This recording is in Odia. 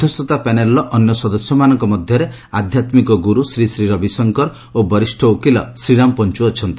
ମଧ୍ୟସ୍ଥତା ପ୍ୟାନେଲର ଅନ୍ୟ ସଦସ୍ୟ ମାନଙ୍କ ମଧ୍ୟରେ ଆଧ୍ୟାତ୍ମିକ ଗୁରୁ ଶ୍ରୀ ଶ୍ରୀ ରବିଶଙ୍କର ଓ ବରିଷ୍ଣ ଓକିଲ ଶ୍ରୀରାମ ପଞ୍ଚ ଅଛନ୍ତି